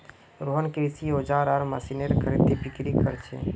रोहन कृषि औजार आर मशीनेर खरीदबिक्री कर छे